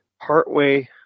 partway